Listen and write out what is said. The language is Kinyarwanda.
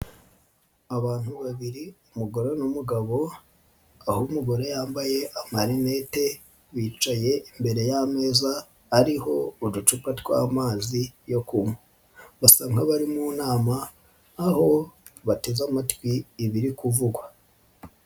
Abantu babiri umugore n'umugabo aho umugore yambaye amarinete bicaye imbere y'ameza ariho uducupa tw'amazi yo ku kunywa, basa nk'abari mu nama aho bateze amatwi ibiri kuvugwa.